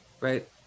Right